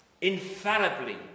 infallibly